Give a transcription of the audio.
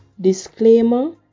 Disclaimer